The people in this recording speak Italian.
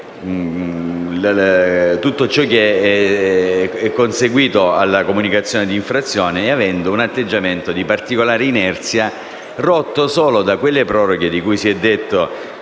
tutto ciò che è conseguito alla comunicazione di infrazione e assumendo un atteggiamento di particolare inerzia, rotto solo da quelle proroghe - di cui si è parlato